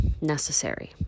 necessary